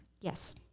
Yes